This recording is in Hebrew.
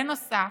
בנוסף,